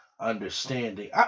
understanding